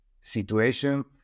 situation